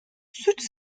suç